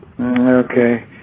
Okay